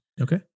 Okay